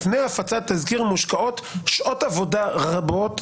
לפני הפצת תזכיר מושקעות שעות עבודה רבות,